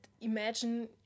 imagine